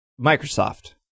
Microsoft